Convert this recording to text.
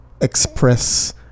express